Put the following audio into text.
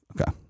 Okay